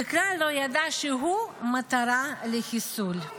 וכלל לא ידע שהוא מטרה לחיסול.